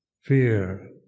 fear